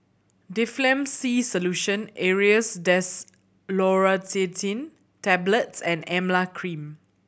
Difflam C Solution Aerius DesloratadineTablets and Emla Cream